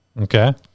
Okay